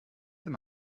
them